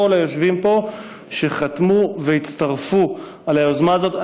כל היושבים פה שהצטרפו וחתמו על היוזמה הזאת.